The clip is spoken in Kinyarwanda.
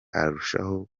arushaho